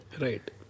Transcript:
Right